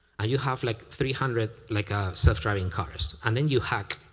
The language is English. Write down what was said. ah you have, like, three hundred like ah self-driving cars, and then you hack,